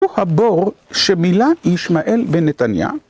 הוא הבור שמילא ישמעאל ונתניה.